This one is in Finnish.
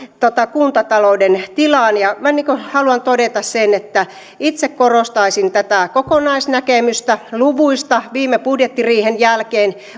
kuntatalouden tilaan minä haluan todeta sen että itse korostaisin tätä kokonaisnäkemystä luvuista viime budjettiriihen jälkeen